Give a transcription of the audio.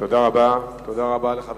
תודה רבה לחבר